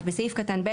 בסעיף קטן (ב),